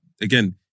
again